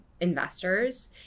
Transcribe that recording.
investors